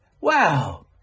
wow